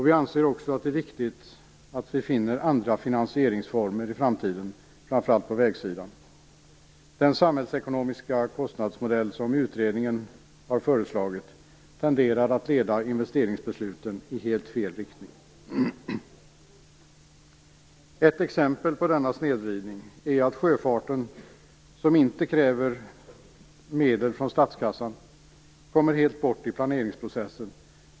Vi anser också att det är viktigt att man i framtiden finner andra finansieringsformer, framför allt på vägsidan. Den samhällsekonomiska kostnadsmodell som utredningen har föreslagit tenderar att leda investeringsbesluten i helt fel riktning. Ett exempel på denna snedvridning är att sjöfarten, som inte kräver medel från statskassan, kommer helt bort i planeringsprocessen.